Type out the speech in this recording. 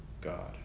God